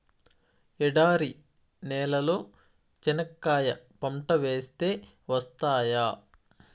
ఎడారి నేలలో చెనక్కాయ పంట వేస్తే వస్తాయా?